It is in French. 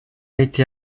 été